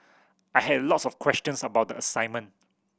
I had a lots of questions about the assignment